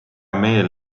meel